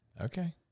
Okay